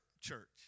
church